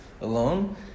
alone